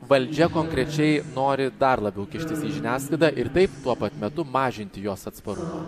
valdžia konkrečiai nori dar labiau kištis į žiniasklaidą ir taip tuo pat metu mažinti jos atsparumą